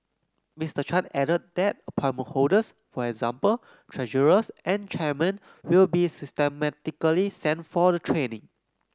Mister Chan added that appointment holders for example treasurers and chairmen will be systematically sent for the training